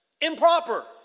improper